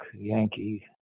yankee